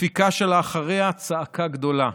דפיקה שאחריה צעקה גדולה,